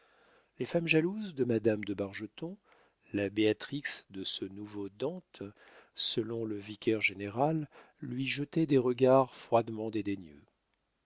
les femmes jalouses de madame de bargeton la béatrix de ce nouveau dante selon le vicaire-général lui jetaient des regards froidement